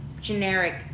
generic